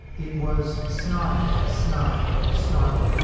it was snotty, snide, snarky.